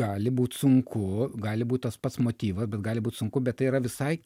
gali būt sunku gali būt tas pats motyvas bet gali būt sunku bet tai yra visai